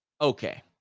Okay